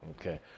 Okay